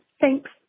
Thanks